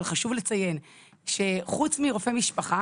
אבל חשוב לציין שחוץ מרופא משפחה